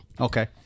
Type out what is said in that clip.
Okay